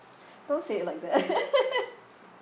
don't say it like that